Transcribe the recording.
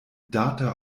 data